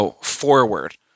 forward